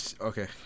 Okay